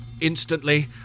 Instantly